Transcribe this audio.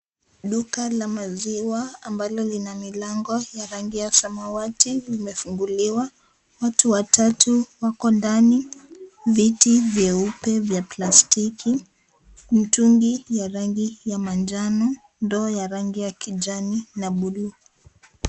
Duka la maziwa ambalo lina milango ya rangi ya samawati limefunguliwa. Watu watatu wako ndani ,viti vyeupe vya plastiki ,mitungi ya rangi ya manjano, ndoo ya rangi ya kijani na buluu.